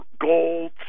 gold